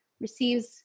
receives